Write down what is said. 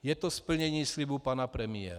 Je to splnění slibu pana premiéra.